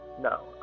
no